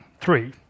three